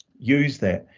use that,